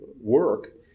work